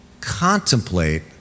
Contemplate